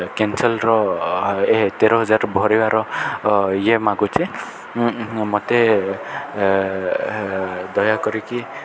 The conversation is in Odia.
କେନ୍ସଲ୍ର ଏ ତେର ହଜାର ଭରିବାର ଇଏ ମାଗୁଛେ ମୋତେ ଦୟାକରିକି